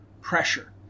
pressure